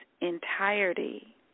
entirety